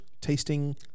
tasting